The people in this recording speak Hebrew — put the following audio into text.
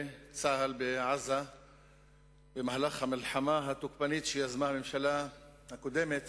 צה"ל בעזה במהלך המלחמה התוקפנית שיזמה הממשלה הקודמת